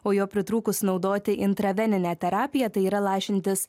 o jo pritrūkus naudoti intraveninę terapiją tai yra lažintis